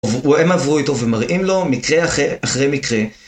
הם עברו איתו ומראים לו מקרה אחרי.. אחרי מקרה.